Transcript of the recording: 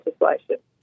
legislation